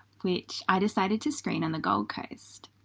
which i decided to screen on the gold coast.